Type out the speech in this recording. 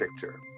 picture